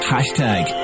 Hashtag